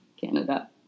Canada